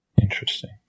Interesting